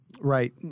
Right